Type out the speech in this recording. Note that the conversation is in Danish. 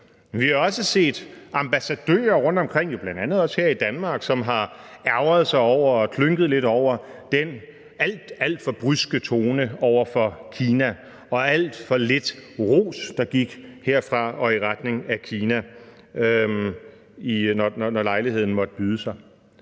Vi har også set ambassadører rundtomkring, bl.a. også her i Danmark, som har ærgret sig over og klynket lidt over den alt, alt for bryske tone over for Kina og alt for lidt ros, der gik herfra og i retning af Kina, når lejligheden måtte byde sig.